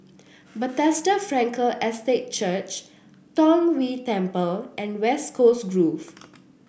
Bethesda Frankel Estate Church Tong Whye Temple and West Coast Grove